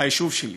היישוב שלי,